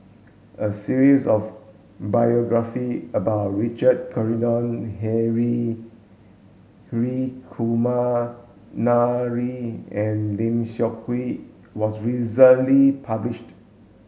a series of biography about Richard Corridon Hri Kumar Nair and Lim Seok Hui was recently published